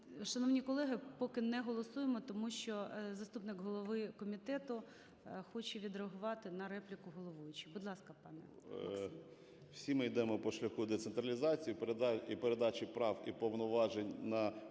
Шановні колеги, поки не голосуємо, тому що заступник голови комітету хоче відреагувати на репліку головуючої. Будь ласка, пане Максиме. 13:30:08 БУРБАК М.Ю. Всі ми йдемо по шляху децентралізації і передачі прав і повноважень на